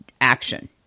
action